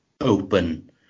open